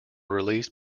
released